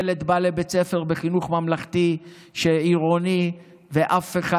ילד בא לבית ספר בחינוך ממלכתי עירוני ואף אחד